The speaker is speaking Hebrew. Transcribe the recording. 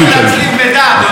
אנחנו רוצים להצליב מידע, אדוני.